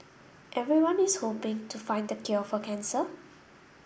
everyone is hoping to find the cure for cancer